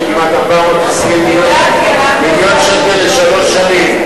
של כמעט 420 מיליון ש"ח לשלוש שנים.